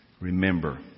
Remember